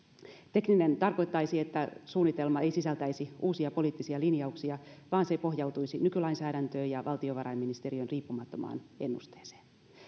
tekninen tarkoittaisi että suunnitelma ei sisältäisi uusia poliittisia linjauksia vaan se pohjautuisi nykylainsäädäntöön ja valtiovarainministeriön riippumattomaan ennusteeseen